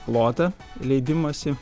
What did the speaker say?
plotą leidimosi